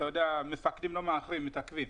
אתה יודע, מפקדים לא מאחרים, הם מתעכבים.